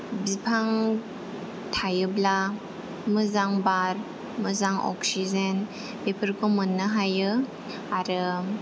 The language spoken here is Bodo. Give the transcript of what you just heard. बिफां थायोब्ला मोजां बार मोजां अक्सिजेन बेफोरखौ मोननो हायो आरो